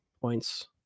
points